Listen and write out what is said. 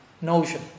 notion